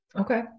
Okay